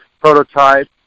prototype